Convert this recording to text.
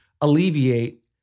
alleviate